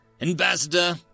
Ambassador